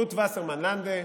רות וסרמן לנדה,